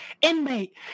Inmate